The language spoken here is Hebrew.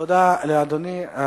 תודה לאדוני.